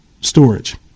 storage